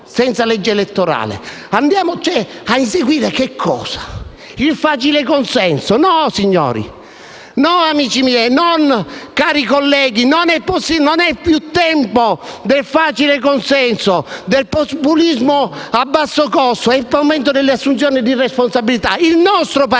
senza legge elettorale. Per inseguire che cosa? Il facile consenso. No signori, no amici miei, no cari colleghi, non è più tempo del facile consenso e del populismo a basso costo: è il momento dell'assunzione di responsabilità. Il nostro Paese,